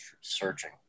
searching